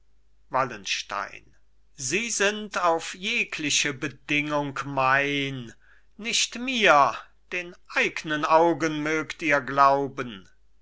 wallenstein sie sind auf jegliche bedingung mein nicht mir den eignen augen mögt ihr glauben